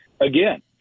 again